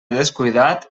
descuidat